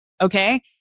Okay